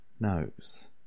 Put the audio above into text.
knows